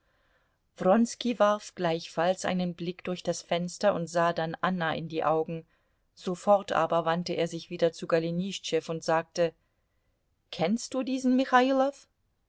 wronski warf gleichfalls einen blick durch das fenster und sah dann anna in die augen sofort aber wandte er sich wieder zu golenischtschew und sagte kennst du diesen michailow